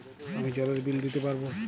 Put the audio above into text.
আমি জলের বিল দিতে পারবো?